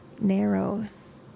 narrows